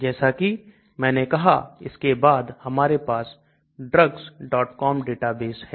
जैसा कि मैंने कहा इसके बाद हमारे पास drugscom डेटाबेस हैं